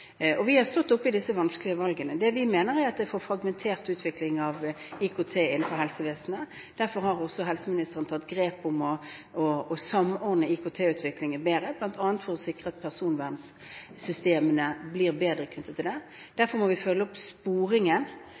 Og vi har stått oppe i disse vanskelige valgene. Det vi mener, er at det er en for fragmentert utvikling av IKT innenfor helsevesenet. Derfor har også helseministeren tatt grep for å samordne IKT-utviklingen bedre, bl.a. for å sikre at personvernssystemene blir bedre knyttet til det. Derfor må vi følge opp sporingen,